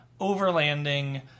overlanding